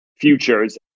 futures